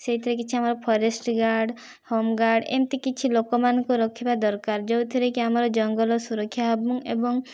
ସେଇଥିରେ କିଛି ଆମର ଫରେଷ୍ଟ ଗାର୍ଡ଼ ହୋମ୍ ଗାର୍ଡ଼ ଏମିତି କିଛି ଲୋକମାନଙ୍କୁ ରଖିବା ଦରକାର ଯେଉଁଥିରେକି ଆମର ଜଙ୍ଗଲ ସୁରକ୍ଷା ହେବ ଏବଂ